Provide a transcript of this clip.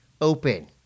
open